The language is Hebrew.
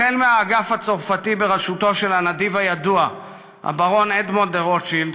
החל באגף הצרפתי בראשותו של הנדיב הידוע הברון אדמונד דה-רוטשילד,